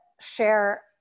share